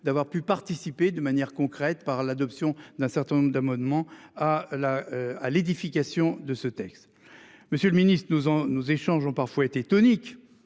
d'avoir pu participer de manière concrète par l'adoption d'un certain nombre d'amendements à la à l'édification de ce texte. Monsieur le Ministre, nous on nous échangeons parfois été tonique